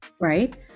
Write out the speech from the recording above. Right